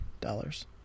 dollars